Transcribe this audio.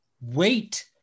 wait